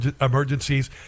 emergencies